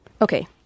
Okay